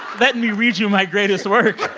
let me read you my greatest work